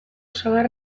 sagar